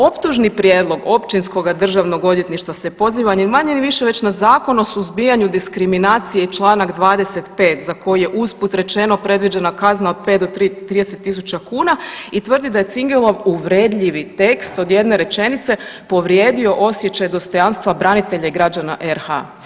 Optužni prijedlog Općinskoga državnog odvjetništva se poziva ni manje-više već na Zakon o suzbijanju diskriminacije Članak 25., za koji je usput rečeno predviđena kazna od 5 do 30 000 kuna i tvrdi da je Cingelov uvredljivi tekst od jedne rečenice povrijedio osjećaj dostojanstva branitelja i građana RH.